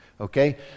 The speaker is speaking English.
Okay